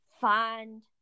find